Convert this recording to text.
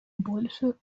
большую